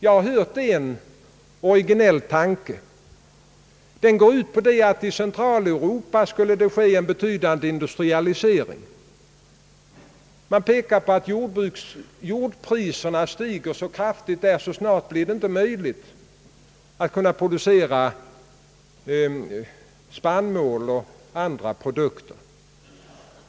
Jag har hört en originell tanke framföras, som går ut på att det i Centraleuropa skulle ske en betydande industrialisering. Man pekar på att jordpriserna där stiger så kraftigt, att det snart inte blir möjligt att kunna producera spannmål och andra produkter.